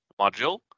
module